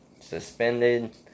suspended